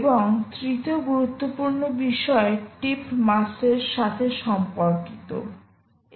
এবং তৃতীয় গুরুত্বপূর্ণ বিষয় টিপ মাসের সাথে সম্পর্কিত এটা c